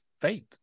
faith